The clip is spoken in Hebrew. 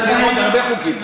יש לנו עוד הרבה חוקים.